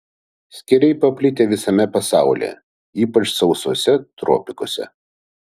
skėriai paplitę visame pasaulyje ypač sausuose tropikuose